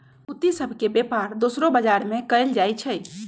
प्रतिभूति सभ के बेपार दोसरो बजार में कएल जाइ छइ